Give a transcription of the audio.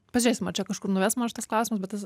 pažiūrėsim ar čia kažkur nuves mus šitas klausimas bet